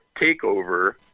takeover